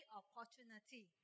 opportunity